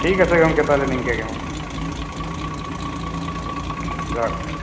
ᱴᱷᱤᱠ ᱟᱪᱷᱮ ᱜᱚᱢᱠᱮ ᱛᱟᱦᱚᱞᱮ ᱱᱤᱝᱠᱟᱹ ᱜᱮ ᱢᱟ ᱡᱚᱦᱟᱨ